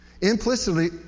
Implicitly